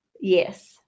Yes